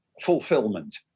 fulfillment